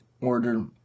order